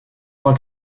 sans